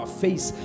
face